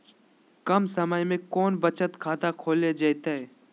कम समय में कौन बचत खाता खोले जयते?